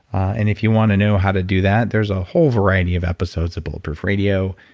and if you want to know how to do that, there's a whole variety of episodes at bulletproof radio.